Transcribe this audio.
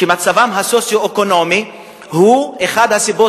שמצבם הסוציו-אקונומי הוא אחת הסיבות